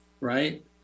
right